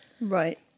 right